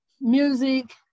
music